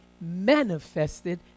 manifested